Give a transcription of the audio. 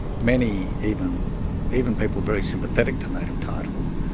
many, even even people very sympathetic to native title,